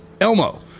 Elmo